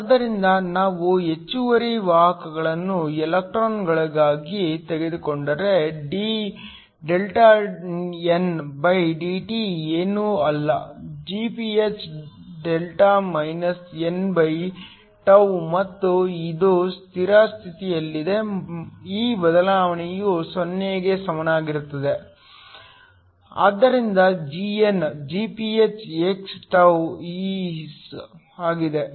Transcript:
ಆದ್ದರಿಂದ ನಾವು ಹೆಚ್ಚುವರಿ ವಾಹಕಗಳನ್ನು ಎಲೆಕ್ಟ್ರಾನ್ಗಳನ್ನಾಗಿ ತೆಗೆದುಕೊಂಡರೆ d Δndt ಏನೂ ಅಲ್ಲ Gph Δ nτ ಮತ್ತು ಇದು ಸ್ಥಿರ ಸ್ಥಿತಿಯಲ್ಲಿದೆ ಈ ಬದಲಾವಣೆಯು 0 ಕ್ಕೆ ಸಮಾನವಾಗಿರುತ್ತದೆ ಆದ್ದರಿಂದ Gn Gph x τ is ಆಗಿದೆ